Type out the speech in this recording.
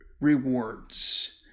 rewards